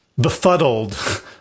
befuddled